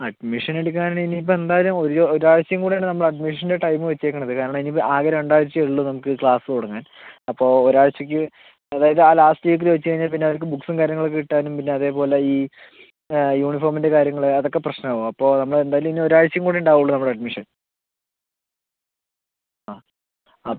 admission എടുക്കാനാണെങ്കിൽ ഇനി ഇപ്പോൾ എന്തായാലും ഒരു ഒരാഴ്ചയും കൂടി ആണ് നമ്മൾ അഡ്മിഷൻ്റെ ടൈം വെച്ചിരിക്കുന്നത് കാരണം ഇനി ഇപ്പോൾ ആകെ രണ്ടാഴ്ചയേ ഉള്ളൂ നമുക്ക് ക്ലാസ് തുടങ്ങാൻ അപ്പോൾ ഒരാഴ്ചയ്ക്ക് അതായത് ആ ലാസ്റ്റ് വീക്കിൽ വെച്ച് കഴിഞ്ഞാൽ പിന്നെ അവർക്ക് ബുക്സും കാര്യങ്ങൾ ഒക്കെ കിട്ടാനും പിന്നെ അതുപോലെ ഈ യൂണിഫോമിൻ്റെ കാര്യങ്ങൾ അത് ഒക്കെ പ്രശ്നം ആകും അപ്പോൾ നമ്മൾ എന്തായാലും ഇനി ഒരാഴ്ച്ചയും കൂടി ഉണ്ടാവുകയുള്ളൂ നമ്മളുടെ അഡ്മിഷൻ ആ അത്